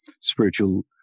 spiritual